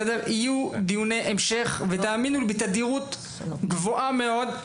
יהיו דיוני המשך, ותאמינו לי, בתדירות גבוהה מאוד.